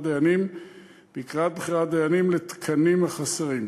דיינים לקראת בחירת דיינים לתקנים החסרים.